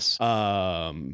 Yes